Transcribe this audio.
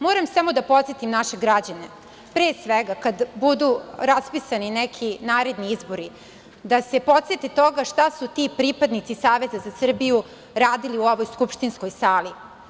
Moram samo da podsetim naše građane, pre svega kada budu raspisani neki naredni izbori, da se podsete toga šta su ti pripadnici Saveza za Srbiju radili u ovoj skupštinskoj sali.